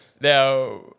Now